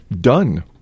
done